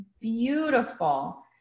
beautiful